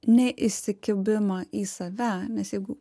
ne įsikibimą į save nes jeigu